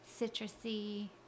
citrusy